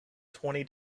twenty